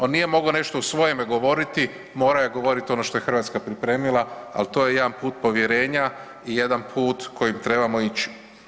On nije mogao nešto u svoje ime govoriti, morao je govoriti ono što je Hrvatska pripremila, ali to je jedan put povjerenja i jedan put kojim trebamo ići.